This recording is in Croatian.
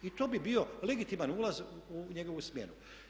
I to bi bio legitiman ulaz u njegovu smjenu.